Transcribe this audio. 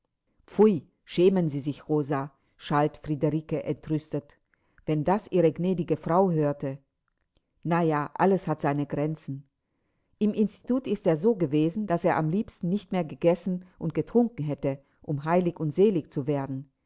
pfui schämen sie sich rosa schalt friederike entrüstet wenn das ihre gnädige frau hörte na ja alles hat seine grenzen im institut ist er so gewesen daß er am liebsten nicht mehr gegessen und getrunken hätte um heilig und selig zu werden